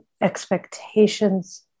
expectations